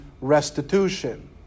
restitution